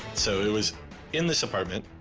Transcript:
so he was in this apartment,